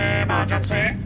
emergency